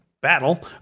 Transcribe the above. battle